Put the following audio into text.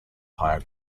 higher